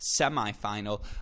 semifinal